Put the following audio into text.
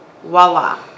Voila